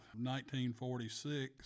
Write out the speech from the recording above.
1946